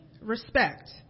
respect